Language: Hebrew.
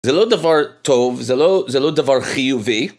זה לא דבר טוב, זה לא דבר חיובי.